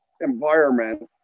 environment